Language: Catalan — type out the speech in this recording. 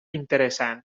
interessant